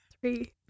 three